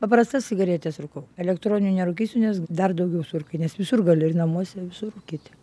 paprastas cigaretes rūkau elektroninių nerūkysiu nes dar daugiau surūkai nes visur gali ir namuose visur rūkyti